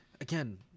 again